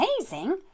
amazing